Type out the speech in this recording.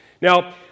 Now